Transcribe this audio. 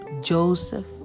joseph